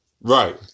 Right